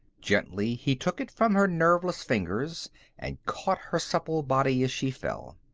gently, he took it from her nerveless fingers and caught her supple body as she fell.